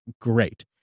great